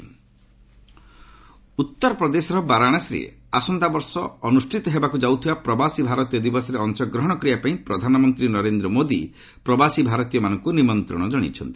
PM ଯୋଗ ଉତ୍ତରପ୍ରଦେଶର ବାରାଣାସୀରେ ଆସନ୍ତାବର୍ଷ ଅନୃଷ୍ଠିତ ହେବାକ୍ ଯାଉଥିବା ପ୍ରବାସୀ ଭାରତୀୟ ଦିବସରେ ଅଂଶଗ୍ରହଣ କରିବା ପାଇଁ ପ୍ରଧାନମନ୍ତ୍ରୀ ନରେନ୍ଦ୍ର ମୋଦି ପ୍ରବାସୀ ଭାରତୀୟମାନଙ୍କ ନିମନ୍ତ୍ରଣ ଜଣାଇଛନ୍ତି